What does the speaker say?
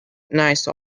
nice